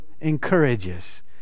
encourages